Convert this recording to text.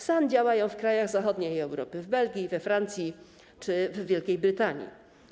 SAN działają w krajach zachodniej Europy: w Belgii, we Francji czy w Wielkiej Brytanii.